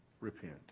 repent